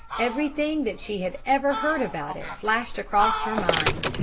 everything that she had ever heard about it flashed across her mind,